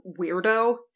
weirdo